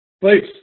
Please